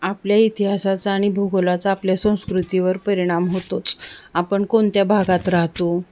आपल्या इतिहासाचा आणि भूगोलाचा आपल्या संस्कृतीवर परिणाम होतोच आपण कोणत्या भागात राहतो